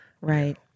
Right